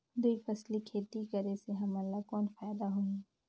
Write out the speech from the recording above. दुई फसली खेती करे से हमन ला कौन फायदा होही?